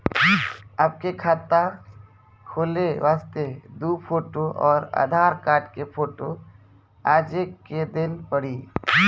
आपके खाते खोले वास्ते दु फोटो और आधार कार्ड के फोटो आजे के देल पड़ी?